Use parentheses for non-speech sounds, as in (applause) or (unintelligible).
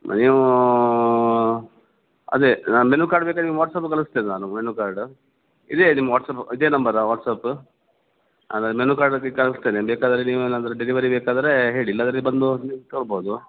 ನೀವು ಅದೇ menu card ಬೇಕಾರೆ ನೀವು ವಾಟ್ಸಾಪಿಗೆ ಕಳಿಸ್ತಿನಿ ನಾನು ಮೆನು ಕಾರ್ಡ ಇದೆಯಾ ನಿಮ್ಮ ವಾಟ್ಸಾಪ್ ಇದೇ ನಂಬರಾ ವಾಟ್ಸಾಪ ಹಾಗಾರ್ ಮೆನು ಕಾರ್ಡ್ (unintelligible) ಕಳಿಸ್ತೇನೆ ಬೇಕಾದರೆ ನೀವೇನಾದ್ರೂ ಡೆಲಿವೆರಿ ಬೇಕಾದರೆ ಹೇಳಿ ಇಲ್ಲಾದರೆ ಬಂದು ನೀವು ತಗೊಬೌದು